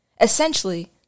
Essentially